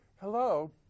Hello